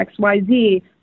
XYZ